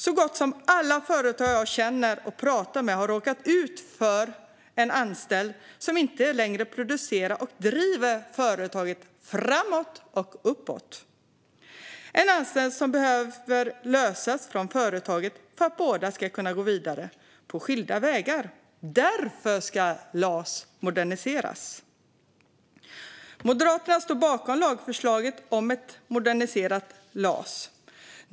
Så gott som alla företagare jag känner och pratar med har råkat ut för en anställd som inte längre producerar och driver företaget framåt och uppåt, en anställd som behöver lösas från företaget för att båda ska kunna gå vidare på skilda vägar. Därför ska LAS moderniseras. Moderaterna står bakom lagförslaget om en moderniserad LAS.